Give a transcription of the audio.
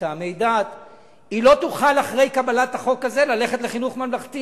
הצעת חוק של חבר הכנסת ישראל חסון שאומרת ככה,